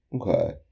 Okay